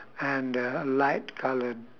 and a light coloured